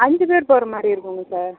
அஞ்சுப்பேர் போகிற மாதிரி இருக்கும்ங்க சார்